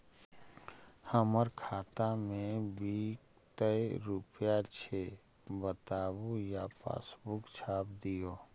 हमर खाता में विकतै रूपया छै बताबू या पासबुक छाप दियो?